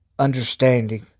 understanding